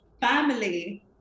family